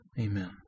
Amen